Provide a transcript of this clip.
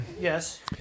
Yes